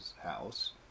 house